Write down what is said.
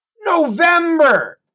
november